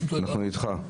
אנחנו איתך.